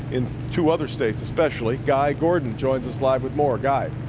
in two other states especially. guy gordon joins us live with more. guy?